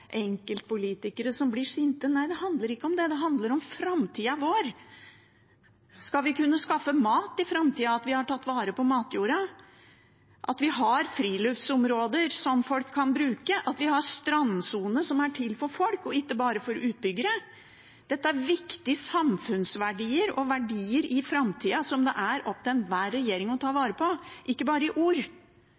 framtida vår. Skal vi kunne skaffe mat i framtida, må vi ta vare på matjorda, og vi vil ha friluftsområder som folk kan bruke, og en strandsone som er til for folk og ikke bare for utbyggere. Dette er viktige samfunnsverdier, viktige verdier i framtida, som det er opp til enhver regjering å ta vare på – ikke bare i ord,